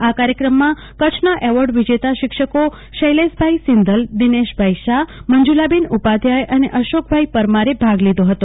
આ કાર્યક્રમમાં કચ્છના એવોર્ડ વિજેતા શિક્ષકો શૈલશભાઈ સિંધલ દિનેશભાઈશાહ મંજલાબેન ઉપાધ્યાય અને અશોક ભાઈ પરમારે ભાગ લીધો હતો